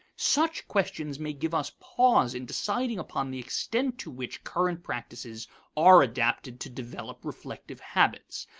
such questions may give us pause in deciding upon the extent to which current practices are adapted to develop reflective habits.